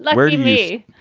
like where you, me,